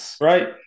Right